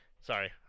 Sorry